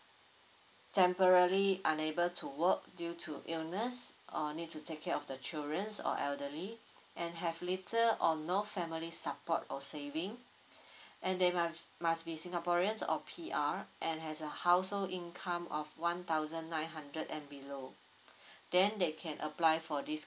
temporary unable to work due to illness or need to take care of the children or elderly and have little or no family support or saving and they must must be singaporeans or P_R and has a household income of one thousand nine hundred and below then they can apply for this